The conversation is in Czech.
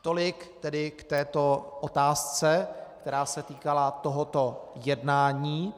Tolik tedy k této otázce, která se týkala tohoto jednání.